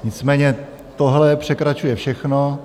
Nicméně tohle překračuje všechno.